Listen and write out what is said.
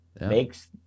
makes